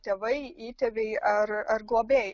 tėvai įtėviai ar ar globėjai